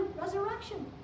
resurrection